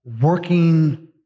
working